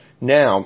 Now